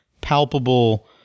palpable